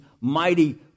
mighty